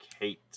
Kate